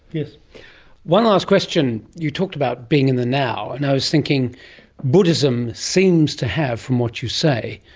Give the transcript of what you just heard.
yeah one last question. you talked about being in the now and i was thinking buddhism seems to have, from what you say,